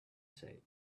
said